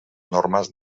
normes